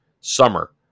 Summer